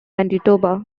manitoba